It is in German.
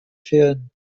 fehlen